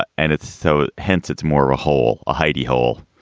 ah and it's so hence it's more of a whole hidey hole.